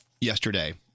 yesterday